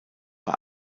bei